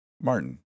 Martin